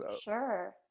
Sure